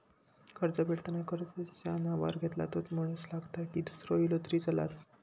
कर्ज फेडताना कर्ज ज्याच्या नावावर घेतला तोच माणूस लागता की दूसरो इलो तरी चलात?